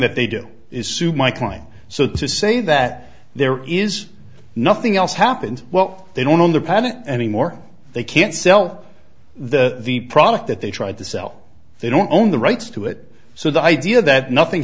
that they do is sue my client so to say that there is nothing else happened well they don't own the patent anymore they can't sell the product that they tried to sell they don't own the rights to it so the idea that nothing